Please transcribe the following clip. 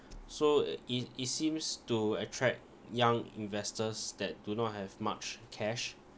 so it it it seems to attract young investors that do not have much cash